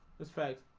that's fact